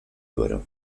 duero